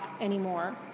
anymore